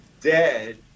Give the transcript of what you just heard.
dead